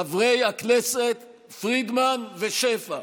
חברי הכנסת פרידמן ושפע,